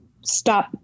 stop